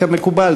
כמקובל,